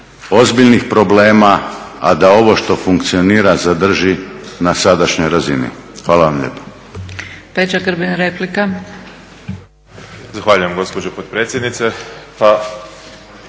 ozbiljnih problema a da ovo što funkcionira zadrži na sadašnjoj razini. Hvala vam lijepa.